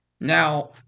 now